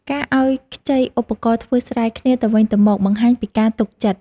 ការឱ្យខ្ចីឧបករណ៍ធ្វើស្រែគ្នាទៅវិញទៅមក បង្ហាញពីការទុកចិត្ត។